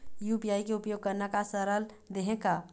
UPI के उपयोग करना का सरल देहें का?